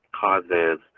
causes